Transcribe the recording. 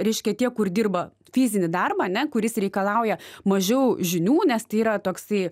reiškia tie kur dirba fizinį darbą ane kuris reikalauja mažiau žinių nes tai yra toksai